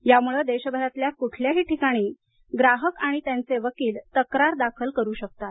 यामुळे देशभरातल्या कुठल्याही ठिकाणी ग्राहक आणि त्यांचे वकील तक्रार दाखल करू शकतात